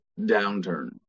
downturn